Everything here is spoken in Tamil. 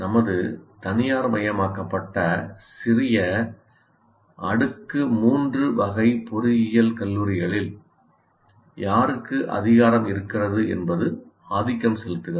நமது தனியார்மயமாக்கப்பட்ட சிறிய அடுக்கு 3 வகை பொறியியல் கல்லூரிகளில் 'யாருக்கு அதிகாரம் இருக்கிறது' என்பது ஆதிக்கம் செலுத்துகிறது